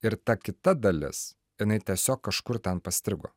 ir ta kita dalis jinai tiesiog kažkur ten pastrigo